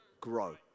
grow